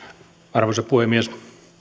arvoisa puhemies